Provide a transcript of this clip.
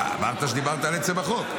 אמרת שדיברת על עצם החוק.